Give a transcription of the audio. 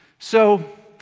so,